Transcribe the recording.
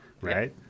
right